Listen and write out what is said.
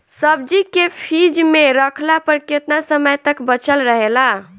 सब्जी के फिज में रखला पर केतना समय तक बचल रहेला?